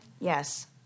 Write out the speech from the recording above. Yes